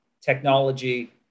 technology